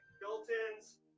built-ins